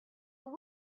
woot